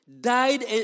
died